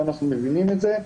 ואנחנו מבינים את זה,